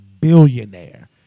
billionaire